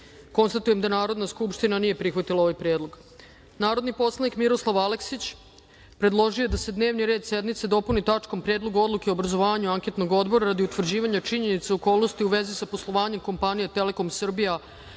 poslanika. Konstatujem da Narodna skupština nije prihvatila ovaj predlog. Narodni poslanik Miroslav Aleksić, predložio je da se dnevni red sednice dopuni tačkom Predlog odluke o obrazovanju anketnog odbora radi utvrđivanja činjenica i okolnosti u vezi sa poslovanjem kompanije Telekom Srbija